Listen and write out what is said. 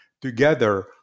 Together